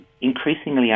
increasingly